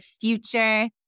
future